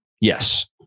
Yes